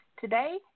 Today